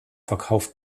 verkauft